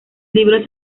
libros